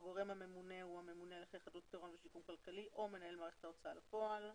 הוא הממונה על הליכי חדלות פירעון שיקום כלכלי או רשם ההוצאה לפועל.